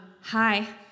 hi